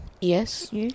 Yes